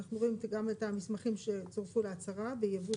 אנחנו רואים גם את המסמכים שצורפו להצהרה בייבוא